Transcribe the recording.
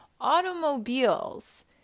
Automobiles